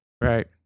Right